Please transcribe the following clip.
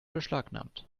beschlagnahmt